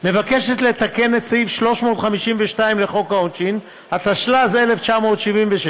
מוצע לתקן את סעיף 352 לחוק העונשין, התשל"ז 1977,